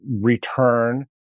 return